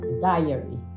diary